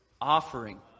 offering